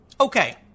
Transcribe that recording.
Okay